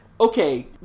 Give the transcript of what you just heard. Okay